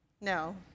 No